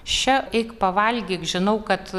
še eik pavalgyk žinau kad